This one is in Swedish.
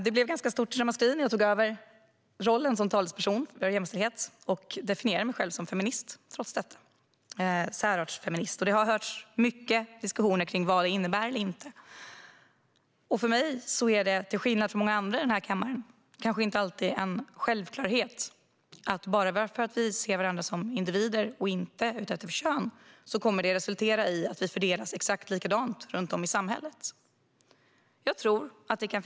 Det blev ganska stort ramaskri när jag tog över rollen som talesperson för jämställdhet och att jag definierar mig som särartsfeminist. Det har varit mycket diskussioner om vad det innebär. För mig är det, till skillnad från många andra i den här kammaren, kanske inte alltid en självklarhet att vi kommer att fördelas exakt lika runt om i samhället bara för att vi ser varandra som individer och inte utefter kön.